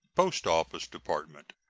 post-office department.